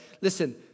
Listen